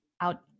out